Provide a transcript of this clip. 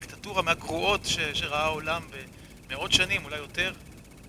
הדיקטטורה מהגרועות שראה העולם במאות שנים, אולי יותר